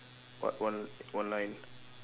what one one line